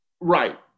right